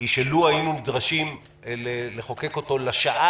היא שלו היינו נדרשים לחוקק אותו לשעה